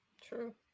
True